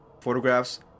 photographs